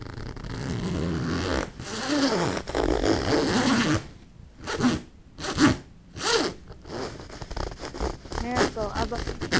ᱦᱮᱸᱛᱚ ᱟᱫᱚ